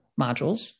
modules